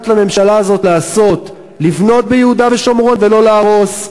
לממשלה הזאת לעשות: לבנות ביהודה ושומרון ולא להרוס,